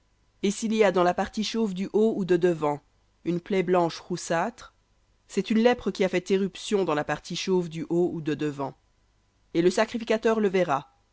et s'il y a dans la partie chauve du haut ou de devant une plaie blanche roussâtre c'est une lèpre qui a fait éruption dans la partie chauve du haut ou de devant et le sacrificateur le verra